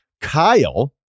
Kyle